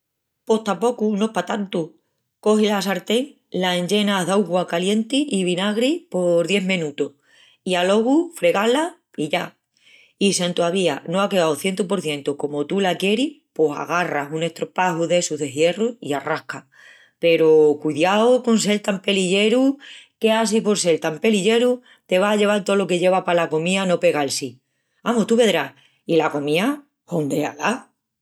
Pos tapocu no es pa tantu. Cogis la sartén, la enllenas d'augua calienti i vinagri por dies menutus i alogu fregá-la i ya. I si entovía no á queau cientu por cientu comu tú la quieris pos agarras un estropaju d'essus de hierru i arrascas, peru cudiau con sel tan pelilleru que á si por sel tan pelilleru te vas a lleval tolo que lleva pala comía no pegal-si. Amus, tú vedrás, i la comía hondea-la!